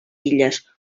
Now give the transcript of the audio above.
illes